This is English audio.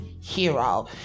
hero